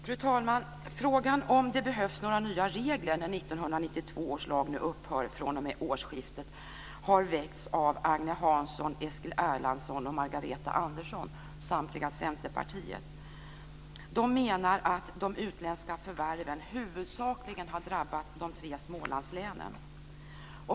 Fru talman! Frågan om det behövs några nya regler när 1992 års lag nu upphör fr.o.m. årsskiftet har väckts av Agne Hansson, Eskil Erlandsson och Margareta Andersson, samtliga Centerpartiet. De menar att de utländska förvärven huvudsakligen har drabbat de tre Smålandslänen.